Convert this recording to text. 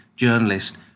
journalist